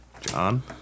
John